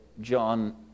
John